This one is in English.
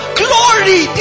glory